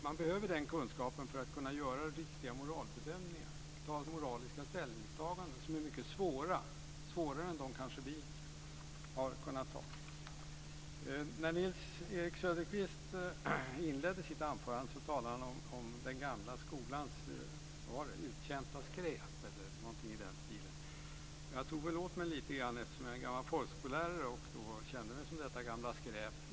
Man behöver den kunskapen för att kunna göra riktiga moralbedömningar och moraliska ställningstaganden som är mycket svåra, kanske svårare än dem som vi har kunnat göra. När Nils-Erik Söderqvist inledde sitt anförande talade han om den gamla skolans uttjänta skräp eller något i den stilen. Jag tog väl åt mig lite grann, eftersom jag är en gammal folkskollärare och då kände mig som detta gamla skräp.